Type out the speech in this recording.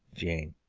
jane.